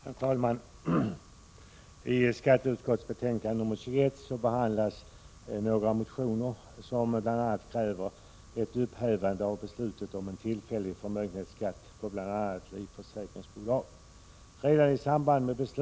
Herr talman! I skatteutskottets betänkande nr 21 behandlas några motioner som bl.a. kräver ett upphävande av beslutet om en tillfällig förmögenhetsskatt för bl.a. livförsäkringsbolag. Redan i samband med = Prot.